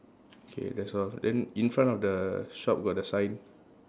okay that's all then in front of the shop got the sign